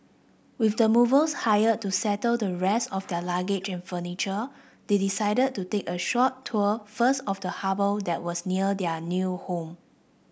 with the movers hired to settle the rest of their luggage and furniture they decided to take a short tour first of the harbour that was near their new home